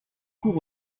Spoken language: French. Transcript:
cour